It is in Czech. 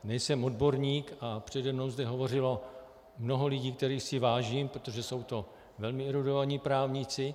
Nejsem odborník a přede mnou zde hovořilo mnoho lidí, kterých si vážím, protože jsou to velmi erudovaní právníci.